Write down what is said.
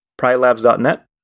prylabs.net